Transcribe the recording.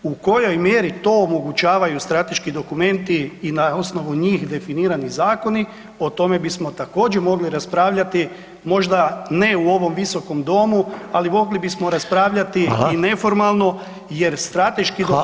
U kojoj mjeri to omogućavaju strateški dokumenti i na osnovu njih definirani zakoni, o tome bismo također mogli raspravljati, možda ne u ovom Visokom domu, ali mogli bismo raspravljati i neformalno jer strateški dokumenti su.